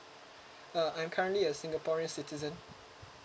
uh I'm currently a singaporean citizen